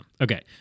Okay